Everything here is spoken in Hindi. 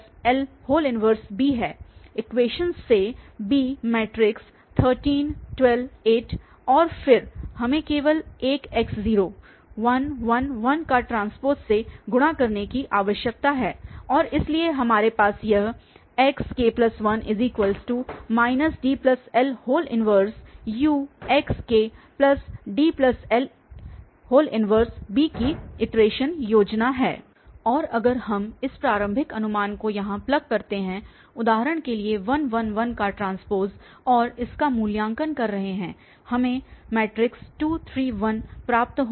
इक्वेशनस से b13 12 8 और फिर हमें केवल एक x0111T से गुणा करने की आवश्यकता है और इसलिए हमारे पास यह xk1 DL 1UxkDL 1bकी इटरेशन योजना है और अगर हम इस प्रारंभिक अनुमान को यहां प्लग करते हैं उदाहरण के लिए 1 1 1T और इसका मूल्यांकन कर रहे हैं हमें 2 3 1 प्राप्त होंगे